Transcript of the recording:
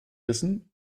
wissen